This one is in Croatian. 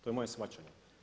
To je moje shvaćanje.